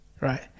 right